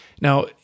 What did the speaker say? Now